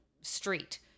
street